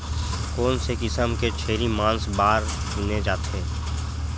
कोन से किसम के छेरी मांस बार चुने जाथे?